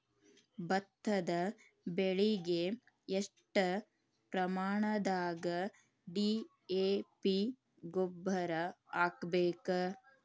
ಭತ್ತದ ಬೆಳಿಗೆ ಎಷ್ಟ ಪ್ರಮಾಣದಾಗ ಡಿ.ಎ.ಪಿ ಗೊಬ್ಬರ ಹಾಕ್ಬೇಕ?